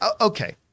Okay